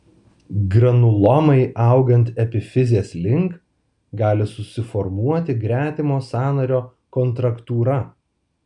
granulomai augant epifizės link gali susiformuoti gretimo sąnario kontraktūra